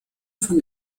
von